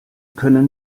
können